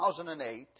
2008